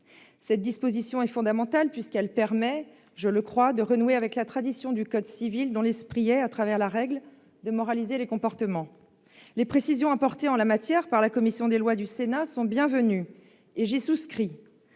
Cette disposition est fondamentale, puisqu'elle permet, je le crois, de renouer avec la tradition du code civil, dont l'esprit est de moraliser les comportements à travers la règle. Les précisions apportées en la matière par la commission des lois du Sénat sont bienvenues. J'y souscris.